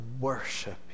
worship